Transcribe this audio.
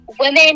women